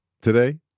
Today